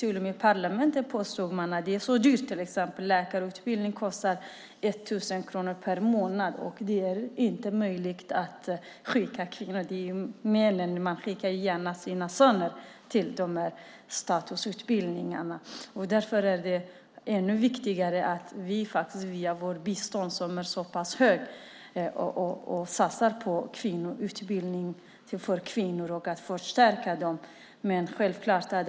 Till och med i parlamentet sade man att det är dyrt. Till exempel kostar läkarutbildning 1 000 kronor per månad. Det är inte möjligt att skicka kvinnor, men man skickar gärna sina söner till statusutbildningarna. Därför är det ännu viktigare att vi via vårt bistånd, som är så pass stort, satsar på kvinnoutbildning för att stärka kvinnorna.